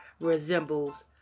resembles